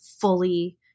fully